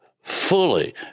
fully